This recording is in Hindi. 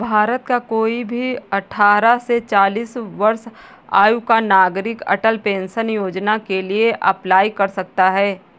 भारत का कोई भी अठारह से चालीस वर्ष आयु का नागरिक अटल पेंशन योजना के लिए अप्लाई कर सकता है